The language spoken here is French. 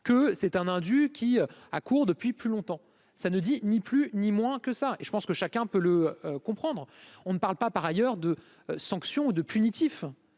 que c'est un un du qui a cours depuis plus longtemps, ça ne dit ni plus ni moins que ça, et je pense que chacun peut le comprendre, on ne parle pas par ailleurs de sanction de punitifs